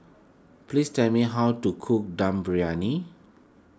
please tell me how to cook Dum Briyani